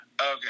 okay